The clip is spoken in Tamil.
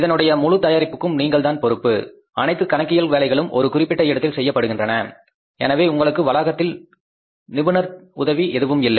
இதனுடைய முழு தயாரிப்புக்கும் நீங்கள்தான் பொறுப்பு அனைத்து கணக்கியல் வேலைகளும் ஒரு குறிப்பிட்ட இடத்தில் செய்யப்படுகின்றன எனவே உங்களுக்கு வளாகத்தில் நிபுணர் உதவி இல்லை